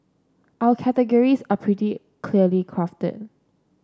our categories are pretty clearly crafted